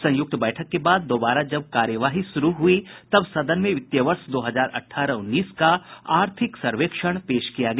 संयुक्त बैठक के बाद दोबारा जब कार्यवाही शुरू हुई तब सदन में वित्त वर्ष दो हजार अठारह उन्नीस का आर्थिक सर्वेक्षण पेश किया गया